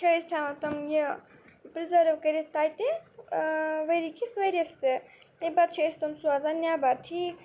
چھِ أسۍ تھاوان تِم یہِ پرٛزرو کٔرِتھ تَتہِ ؤری کِس ؤرۍیَس پٮ۪ٹھ تَمہِ پَتہٕ چھِ أسۍ تِم سوزان نٮ۪بر ٹھیٖک